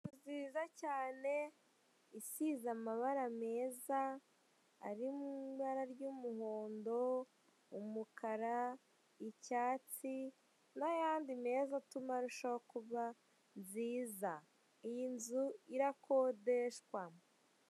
Inzu nziza cyane isize amabara meza arimo ibara ry'umuhondo, umukara, icyatsi n'ayandi meza atuma arushaho kuba nziza. Iyi nzu irakodeshwa.